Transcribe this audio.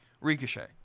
Ricochet